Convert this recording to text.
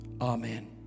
Amen